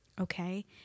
Okay